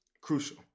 crucial